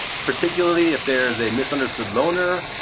particularly if there's a misunderstood loner,